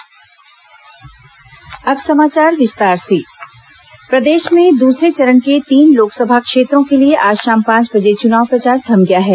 loss चुनाव दूसरा चरण प्रदेश में दूसरे चरण के तीन लोकसभा क्षेत्रों के लिए आज शाम पांच बजे चुनाव प्रचार थम गया है